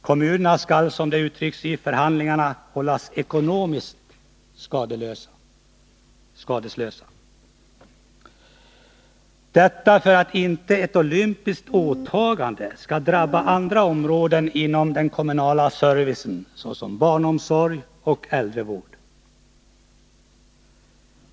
Kommunerna skall, som det uttrycks i förhandlingarna, hållas ekonomiskt skadeslösa för att inte ett olympiskt åtagande skall drabba andra områden inom den kommunala servicen såsom barnomsorg och äldrevård.